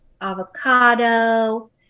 avocado